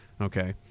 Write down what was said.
Okay